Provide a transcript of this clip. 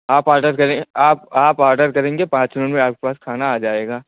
आप ऑर्डर करें आप आप ऑर्डर करेंगे पाँच मिनट में आपके पास खाना आ जाएगा